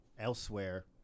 elsewhere